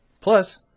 Plus